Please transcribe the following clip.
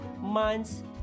months